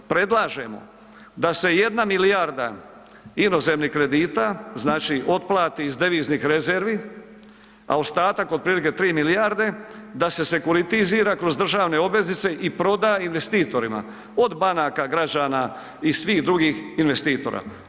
Predlažemo da se jedna milijarda inozemnih kredita otplati iz deviznih rezervi, a ostatak otprilike 3 milijarde da se sekuritizira kroz državne obveznice i proda investitorima od banaka građana i svih drugih investitora.